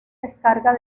descarga